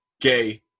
gay